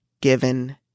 given